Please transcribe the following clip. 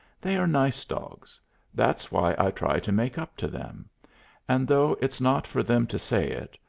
they are nice dogs that's why i try to make up to them and, though it's not for them to say it,